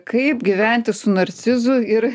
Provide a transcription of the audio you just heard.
kaip gyventi su narcizu ir